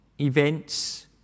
events